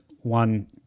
one